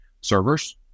servers